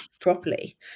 properly